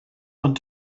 want